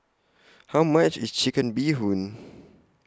How much IS Chicken Bee Hoon